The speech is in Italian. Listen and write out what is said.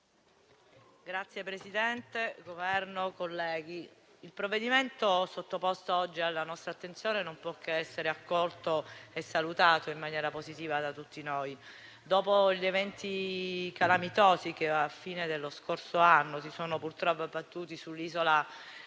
rappresentante del Governo, colleghi, il provvedimento sottoposto oggi alla nostra attenzione non può che essere accolto e salutato in maniera positiva da tutti noi. Dopo gli eventi calamitosi che alla fine dello scorso anno si sono purtroppo abbattuti sull'isola